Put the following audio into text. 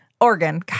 organ